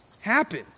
happen